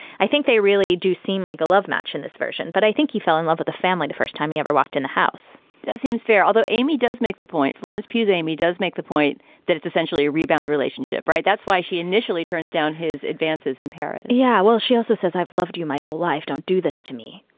i think they really do seem like a love match in this version, but i think he fell in love with the family the first time he ever walked in the house that seems fair, although amy does make the point. laurence pugh's amy does make the point that it's essentially a rebound relationship. right. that's why she initially turns down his advances in paris yeah. well, she also says, i've loved you my whole life. don't do this to me,